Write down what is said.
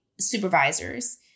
supervisors